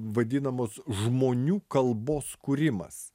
vadinamos žmonių kalbos kūrimas